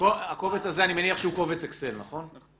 הקובץ הזה, אני מניח שהוא קובץ אקסל, נכון?